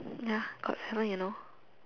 ya Got seven you know